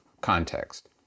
context